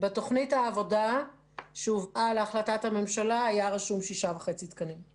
בתוכנית העבודה שהובאה להחלטת הממשלה היה רשום שישה וחצי תקנים.